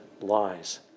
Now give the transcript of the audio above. lies